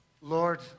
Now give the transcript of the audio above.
Lord